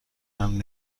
منو